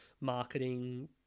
marketing